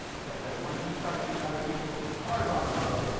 so i said, once you start seeing other people's cars on the road,